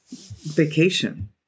vacation